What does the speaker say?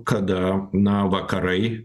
kada na vakarai